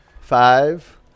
Five